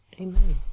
Amen